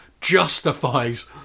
justifies